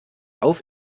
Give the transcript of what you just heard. auf